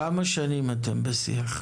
כמה שנים אתם בשיח?